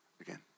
again